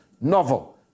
novel